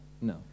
no